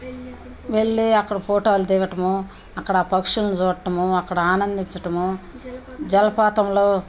వెళ్ళి అక్కడ ఫోటోలు దిగటము అక్కడ ఆ పక్షులను చూడటము అక్కడ ఆనందించటము జలపాతంలో